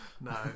no